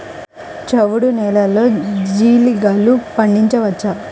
చవుడు నేలలో జీలగలు పండించవచ్చా?